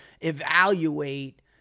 evaluate